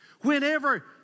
Whenever